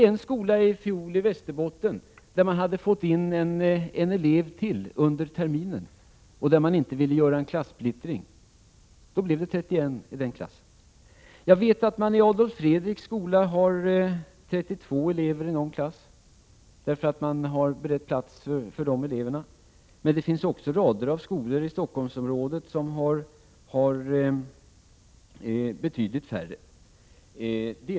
I fjol besökte jag t.ex. en skola i Västerbotten. Man hade där fått in en elev till under terminen. Man ville inte göra en klassplittring, och det blev då 31 elever i klassen. I Adolf Fredriks skola har man 32 elever i någon klass, eftersom man har berett plats för ytterligare någon elev. Det finns emellertid också många skolor i Stockholmsområdet som har betydligt färre elever.